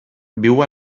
viu